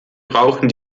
brauchen